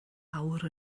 awr